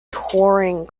touring